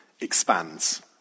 expands